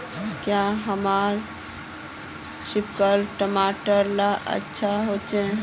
क्याँ हमार सिपकलर टमाटर ला अच्छा होछै?